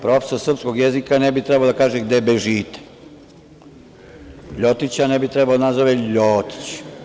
Profesor srpskog jezika ne bi trebao da kaže gde bežite, LJotića ne bi trebao da nazove LJotić.